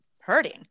hurting